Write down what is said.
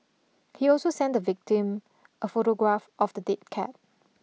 he also sent the victim a photograph of the dead cat